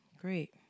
Great